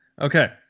Okay